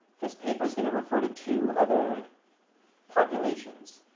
this paper is going to refer to two other populations,